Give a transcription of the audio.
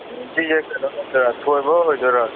ꯁꯤꯁꯦ ꯀꯩꯅꯣ ꯑꯣꯏꯗꯣꯏꯔꯥ ꯊꯣꯏꯕ ꯑꯣꯏꯗꯣꯏꯔꯥ